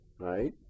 right